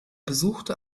besuchte